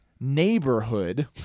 neighborhood